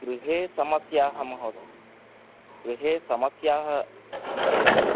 गृहे समस्याः महोद गृहे समस्याः महोदये